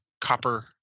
Copper